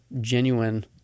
genuine